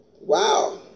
Wow